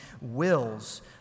wills